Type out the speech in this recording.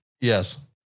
Yes